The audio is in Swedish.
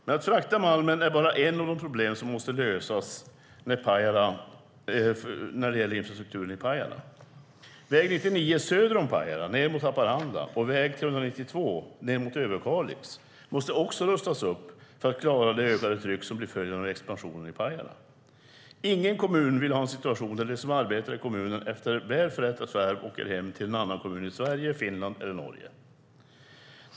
Men att frakta malmen är bara ett av de problem som måste lösas när det gäller infrastrukturen i Pajala. Väg 99 söder om Pajala ned mot Haparanda och väg 392 ned mot Överkalix måste också rustas upp för att klara det ökade tryck som blir följden av expansionen i Pajala. Ingen kommun vill ha en situation där de som arbetar i kommunen efter väl förrättat värv åker hem till en annan kommun i Sverige, Finland eller Norge.